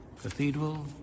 cathedral